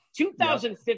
2015